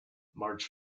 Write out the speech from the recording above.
marge